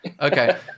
Okay